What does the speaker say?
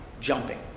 jumping